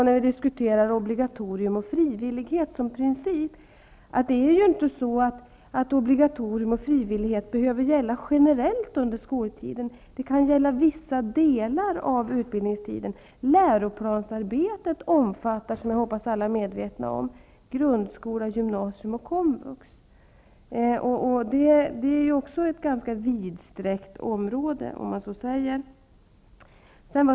När vi diskuterar obligatorium och frivillighet som princip, är det ju inte sagt att obligatorium och frivillighet behöver gälla generellt under skoltiden. Det kan gälla vissa delar av utbildningstiden. Läroplansarbetet omfattar -- som jag hoppas att alla är medvetna om -- grundskola, gymnasium och komvux. Det är ett ganska vidsträckt område, om man så säger.